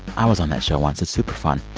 i was on that show once. it's super fun.